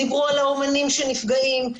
דיברו על האמנים שנפגעים,